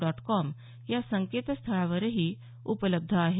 dot com या संकेतस्थळावरही उपलब्ध आहे